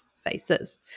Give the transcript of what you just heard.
faces